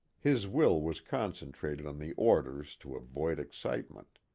his will was concentrated on the orders to avoid excitement.